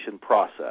process